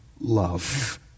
love